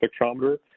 Spectrometer